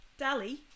Dali